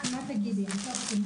זה חשוב מאוד,